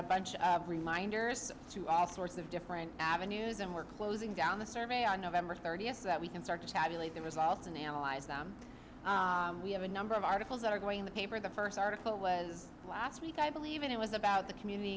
a bunch of reminders to all sorts of different avenues and we're closing down the survey on november thirtieth so that we can start to tabulate the results and analyze them we have a number of articles that are going in the paper the first article was last week i believe it was about the community